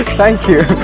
thank you!